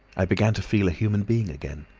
i began to feel a human being again,